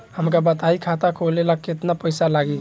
हमका बताई खाता खोले ला केतना पईसा लागी?